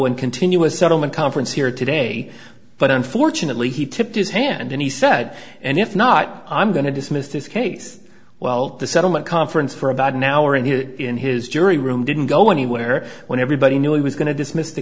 and continue a settlement conference here today but unfortunately he tipped his hand and he said and if not i'm going to dismiss this case well the settlement conference for about an hour in the in his jury room didn't go anywhere when everybody knew he was going to dismiss th